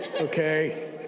Okay